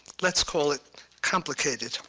let's call it complicated.